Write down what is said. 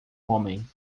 homem